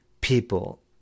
people